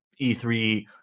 E3